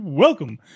Welcome